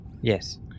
Yes